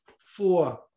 Four